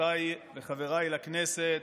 חברותיי וחבריי לכנסת,